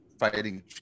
Fighting